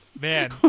Man